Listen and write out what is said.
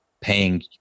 paying